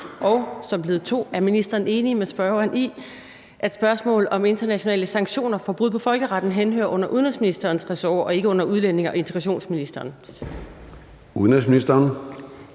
palæstinensere, og er ministeren enig med spørgeren i, at spørgsmål om internationale sanktioner for brud på folkeretten henhører under udenrigsministerens og ikke under udlændinge- og integrationsministerens ressortområde?